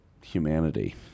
humanity